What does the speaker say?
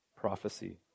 prophecy